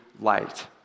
light